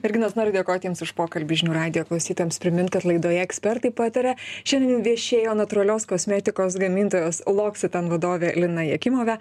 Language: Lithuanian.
merginos noriu dėkot jums už pokalbį žinių radijo klausytojams primint kad laidoje ekspertai pataria šiandien viešėjo natūralios kosmetikos gamintojos loccitane vadovė lina jakimova